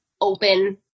open